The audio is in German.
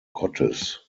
gottes